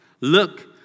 Look